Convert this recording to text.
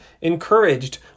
encouraged